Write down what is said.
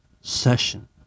session